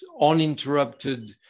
uninterrupted